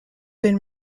been